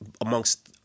amongst